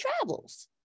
travels